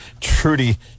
Trudy